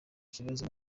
kibazo